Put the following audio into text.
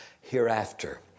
hereafter